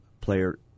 player